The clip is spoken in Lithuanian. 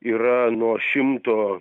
yra nuo šimto